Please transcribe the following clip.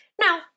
Now